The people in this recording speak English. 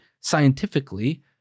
scientifically